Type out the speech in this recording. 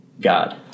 God